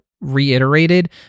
reiterated